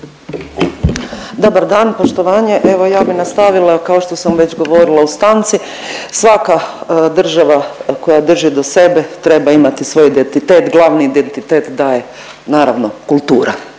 Dobar dan! Poštovanje. Evo ja bih nastavila kao što sam već govorila u stanci. Svaka država koja drži do sebe treba imati svoj identitet, glavni identitet daje naravno kultura.